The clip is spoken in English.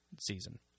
season